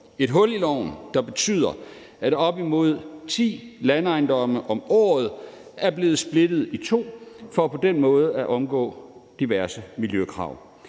et hul i loven, der betyder, at op imod ti landejendomme om året er blevet splittet i to for på den måde at omgå diverse miljøkrav.